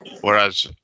whereas